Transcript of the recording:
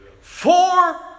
four